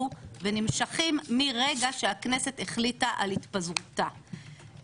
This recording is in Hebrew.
ונמשכים מהרגע שהכנסת החליטה על התפזרותה.